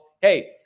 Hey